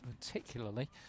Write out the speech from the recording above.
particularly